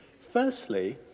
Firstly